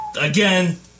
again